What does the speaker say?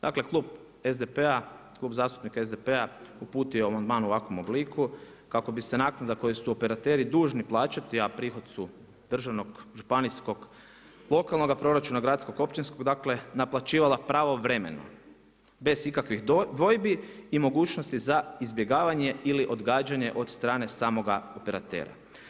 Dakle, Klub zastupnika SDP-a, uputio je amandman u ovakvom obliku, kako bi se naknada koju su operateri dužni plaćati a prihod su državnog, županijskog, lokalnoga proračuna, gradskog, općinskog, dakle, naplaćivala pravovremeno, bez ikakvih dvojbi i mogućnosti za izbjegavanje ili odgađanje od strane samoga operatera.